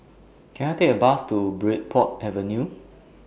Can I Take A Bus to Bridport Avenue